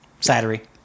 Saturday